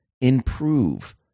improve